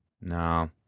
No